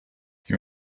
you